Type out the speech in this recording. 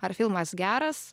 ar filmas geras